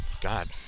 God